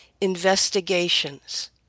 investigations